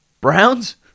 Browns